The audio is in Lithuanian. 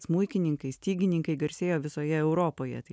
smuikininkai stygininkai garsėjo visoje europoje tai